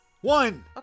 One